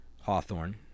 Hawthorne